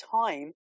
time